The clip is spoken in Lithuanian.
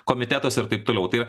komitetuose ir taip toliau tai